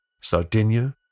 Sardinia